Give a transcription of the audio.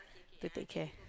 to take care